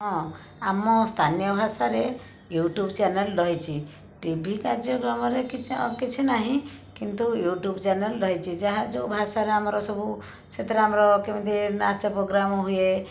ହଁ ଆମ ସ୍ଥାନୀୟ ଭାଷାରେ ୟୁଟ୍ୟୁବ ଚ୍ୟାନେଲ ରହିଛି ଟି ଭି କାର୍ଯ୍ୟକ୍ରମରେ କିଛି ଆଉ କିଛି ନାହିଁ କିନ୍ତୁ ୟୁଟ୍ୟୁବ ଚ୍ୟାନେଲ ରହିଛି ଯାହାର ଯେଉଁ ଭାଷାର ଆମର ସବୁ ସେଥିରେ ଆମର କେମିତି ନାଚ ପ୍ରୋଗ୍ରାମ ହୁଏ